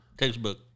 Textbook